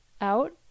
out